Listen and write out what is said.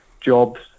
jobs